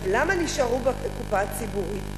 למה נשארו בקופה הציבורית?